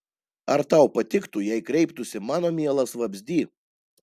ar tau patiktų jei kreiptųsi mano mielas vabzdy